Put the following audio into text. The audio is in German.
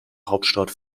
hauptstadt